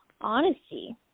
honesty